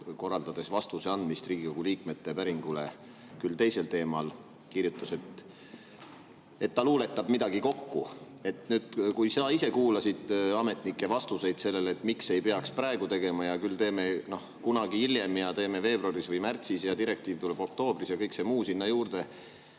korraldades vastuse andmist Riigikogu liikmete päringule küll teisel teemal, kirjutas, et ta luuletab midagi kokku. Sa kuulasid [komisjonis] ametnike vastuseid selle kohta, miks ei peaks seda praegu tegema, et küll teeme kunagi hiljem, teeme veebruaris või märtsis ja direktiiv tuleb oktoobris ja kõik muu sinna juurde.